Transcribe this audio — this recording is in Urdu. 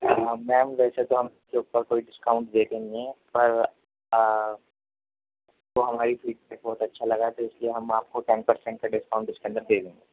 میم ویسے تو ہم اس کے اوپر کوئی ڈسکاؤنٹ دیتے نہیں ہیں پر تو ہماری میں بہت اچھا لگا تو اس لیے ہم آپ کو ٹن پر سنٹ ڈسکاؤنٹ اس کے اندر دے دیں گے